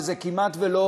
זה כמעט לא